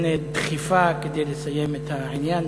דחיפה כדי לסיים את העניין.